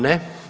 Ne.